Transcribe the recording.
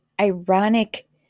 ironic